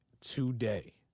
today